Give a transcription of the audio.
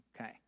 Okay